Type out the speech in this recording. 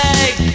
Take